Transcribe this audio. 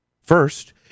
First